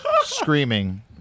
screaming